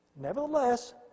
Nevertheless